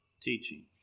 teaching